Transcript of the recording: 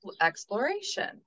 exploration